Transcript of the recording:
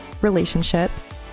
relationships